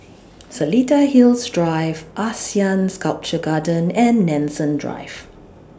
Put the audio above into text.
Seletar Hills Drive Asean Sculpture Garden and Nanson Drive